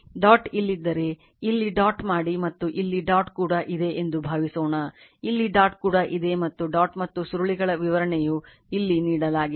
dot ಇಲ್ಲಿದ್ದರೆ ಇಲ್ಲಿ dot ಮಾಡಿ ಮತ್ತು ಇಲ್ಲಿ ಡಾಟ್ ಕೂಡ ಇದೆ ಎಂದು ಭಾವಿಸೋಣ ಇಲ್ಲಿ ಡಾಟ್ ಕೂಡ ಇದೆ ಮತ್ತು ಡಾಟ್ ಮತ್ತು ಸುರುಳಿಗಳ ವಿವರಣೆಯು ಇಲ್ಲಿ ನೀಡಲಾಗಿದೆ